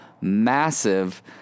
massive